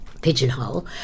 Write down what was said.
pigeonhole